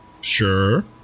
Sure